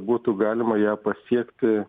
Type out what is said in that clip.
būtų galima ją pasiekti